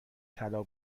طلا